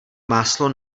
máslo